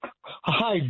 Hi